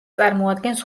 წარმოადგენს